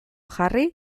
jarri